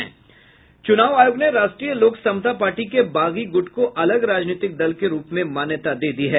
चुनाव आयोग ने राष्ट्रीय लोक समता पार्टी के बागी गुट को अलग राजनीतिक दल के रूप में मान्यता दी है